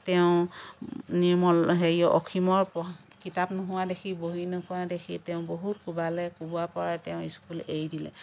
তেওঁ নিৰ্মল হেৰি অসীমৰ কিতাপ নোহোৱা দেখি বহী নোহোৱা দেখি তেওঁ বহুত কোবালে কোবোৱাৰ পৰা তেওঁ স্কুল এৰি দিলে